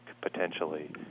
potentially